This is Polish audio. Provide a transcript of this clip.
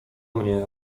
mnie